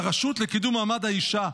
הרשות לקידום מעמד האישה,